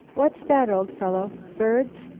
what's that, old fellow? birds?